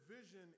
vision